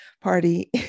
party